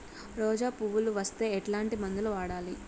రోజా పువ్వులు వస్తే ఎట్లాంటి మందులు వాడాలి?